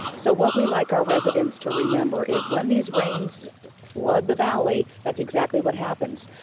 so what we like our residents to remember is when these rains flood the valley, that's exactly what happens.